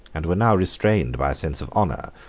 and were now restrained by a sense of honor,